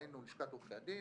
היינו: לשכת עורכי הדין,